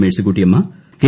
Mercykuttyamma K